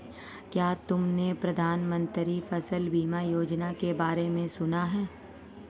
क्या तुमने प्रधानमंत्री फसल बीमा योजना के बारे में सुना?